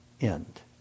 end